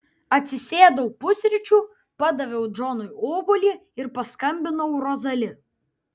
atsisėdau pusryčių padaviau džonui obuolį ir paskambinau rozali